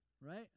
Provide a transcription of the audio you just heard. right